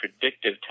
predictive